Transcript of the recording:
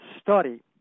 study